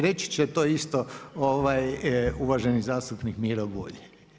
Reći će to isti uvaženi zastupnik Miro Bulj.